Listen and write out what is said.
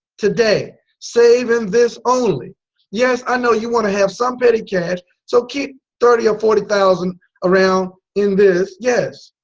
today save in this only yes i know you want to have some petty cash so keep thirty or forty thousand around in this yes